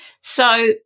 So-